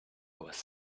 was